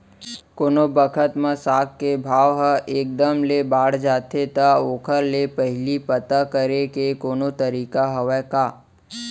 कोनो बखत म साग के भाव ह एक दम ले बढ़ जाथे त ओखर ले पहिली पता करे के कोनो तरीका हवय का?